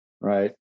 right